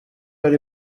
ari